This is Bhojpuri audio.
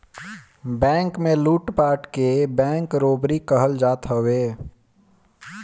बैंक में लूटपाट के बैंक रोबरी कहल जात हवे